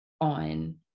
on